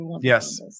Yes